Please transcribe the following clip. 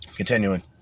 Continuing